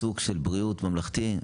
סוג של בריאות ממלכתי,